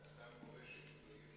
זה אתר מורשת, אז לא ימכרו.